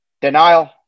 denial